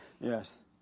Yes